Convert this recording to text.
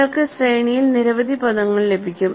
നിങ്ങൾക്ക് ശ്രേണിയിൽ നിരവധി പദങ്ങൾ ലഭിക്കും